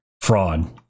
Fraud